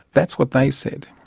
that's what they said.